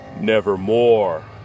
nevermore